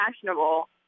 fashionable